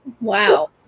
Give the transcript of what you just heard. wow